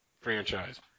franchise